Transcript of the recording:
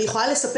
אני יכולה להגיד